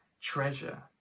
treasure